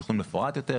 תכנון מפורט יותר,